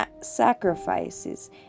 sacrifices